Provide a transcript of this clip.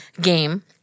game